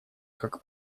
как